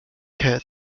todd